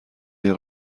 les